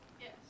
Yes